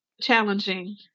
challenging